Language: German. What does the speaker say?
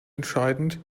entscheidend